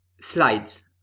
slides